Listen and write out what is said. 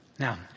Now